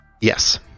yes